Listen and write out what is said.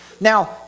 now